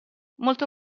molto